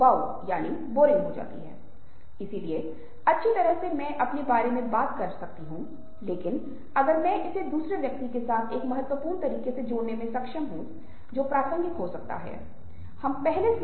और जैसा कि आप देख सकते हैं कि नीचे मैंने सुनने के कौशल के सूचीबद्ध किया है अशाब्दिक संचार दूसरों को समझने से जुड़ा हुआ है हमने ऐसा किया